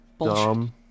dumb